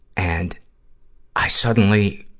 and i suddenly,